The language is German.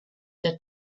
der